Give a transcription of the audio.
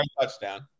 Touchdown